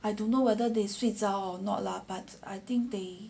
I don't know whether they 睡着 or not lah but I think they